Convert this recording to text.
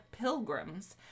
pilgrims